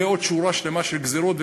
ועוד שורה שלמה של גזירות,